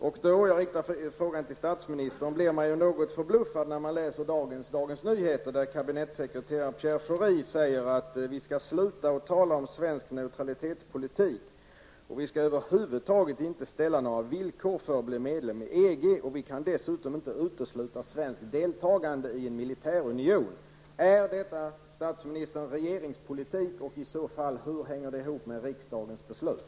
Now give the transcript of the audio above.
Därför blir man -- jag riktar mig nu till statsministern -- något förbluffad när man läser Dagens Nyheter från i dag, där kabinettssekreterare Pierre Schori säger att vi skall sluta att tala om svensk neutralitetspolitik, att vi över huvud taget inte skall ställa några villkor för medlemskap i EG och att vi dessutom inte kan utesluta svenskt deltagande i en militärunion. Är detta regeringspolitik och i så fall hur hänger detta ihop med riksdagens beslut?